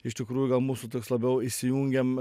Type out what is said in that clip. iš tikrųjų gal mūsų toks labiau įsijungiam